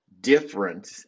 different